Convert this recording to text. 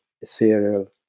ethereal